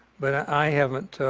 but i haven't